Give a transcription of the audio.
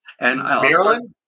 Maryland